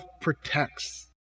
protects